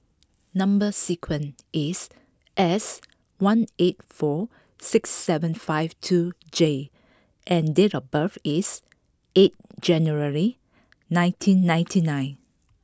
number sequence is S one eight four six seven five two J and date of birth is eight January nineteen ninety nine